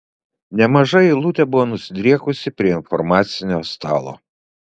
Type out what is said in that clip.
nemaža eilutė buvo nusidriekusi prie informacinio stalo